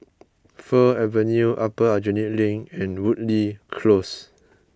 Fir Avenue Upper Aljunied Link and Woodleigh Close